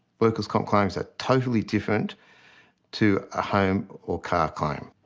workers comp claims are totally different to a home or car claim.